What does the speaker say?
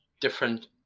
different